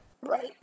Right